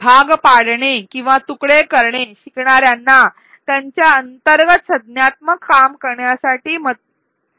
भाग पाडणे किंवा तुकडे करणे शिकणार्यांना त्यांच्या अंतर्गत संज्ञानात्मक काम व्यवस्थापित करण्यास मदत करते